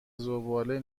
زباله